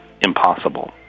impossible